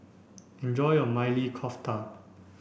enjoy your Maili Kofta